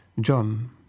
John